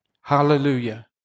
Hallelujah